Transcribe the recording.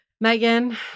Megan